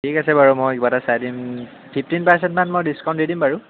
ঠিক আছে বাৰু মই কিবা এটা চাই দিম ফিফটিন পাৰ্চেণ্টমান মই ডিচকাউণ্ট দি দিম বাৰু